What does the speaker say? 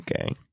Okay